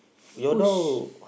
push